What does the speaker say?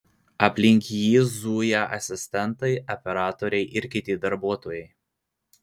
aplink jį zuja asistentai operatoriai ir kiti darbuotojai